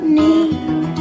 need